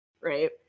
Right